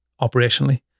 operationally